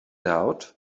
out